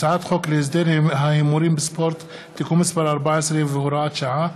הצעת חוק להסדר ההימורים בספורט (תיקון מס' 14 והוראת שעה),